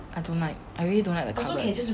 I don't like I really don't like the cupboard